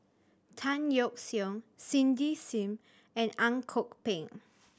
Tan Yeok Seong Cindy Sim and Ang Kok Peng